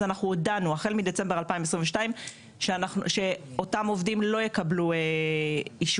אז אנחנו הודענו שהחל מדצמבר 2022 אותם עובדים לא יקבלו אישורים.